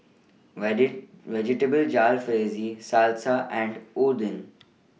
Vegetable Jalfrezi Salsa and Oden